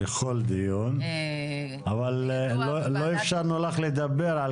אבל לא אפשרנו לך לדבר.